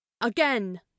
again